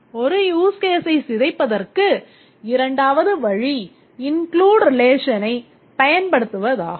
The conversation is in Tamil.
ஒரு use case ஐ சிதைப்பதற்கு இரண்டாவது வழி include relation ஐப் பயன்படுத்துவதாகும்